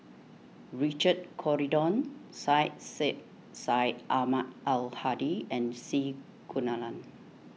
Richard Corridon Syed Sheikh Syed Ahmad Al Hadi and C Kunalan